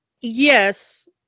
yes